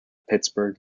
pittsburgh